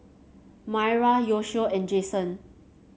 Myra Yoshio and Jasen